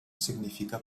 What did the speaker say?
significa